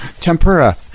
Tempura